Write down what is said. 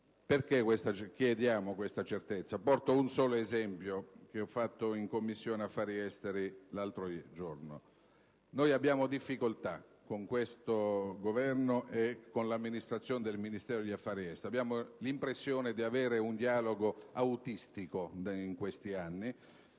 Perché chiediamo questa certezza? Porto un solo esempio che ho fatto in Commissione affari esteri pochi giorni fa. Noi abbiamo difficoltà con questo Governo e con l'amministrazione del Ministero degli affari esteri; in questi anni abbiamo avuto l'impressione di avere un dialogo autistico: tutte le